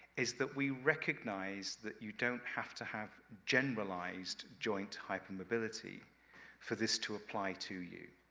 is that we recognize that you don't have to have generalized joint hypermobility for this to apply to you.